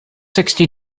sixty